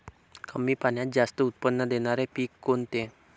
कमी पाण्यात जास्त उत्त्पन्न देणारे पीक कोणते?